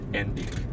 ending